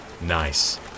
Nice